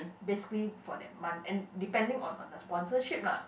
basically for that month and depending on on the sponsorship lah